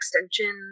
Extension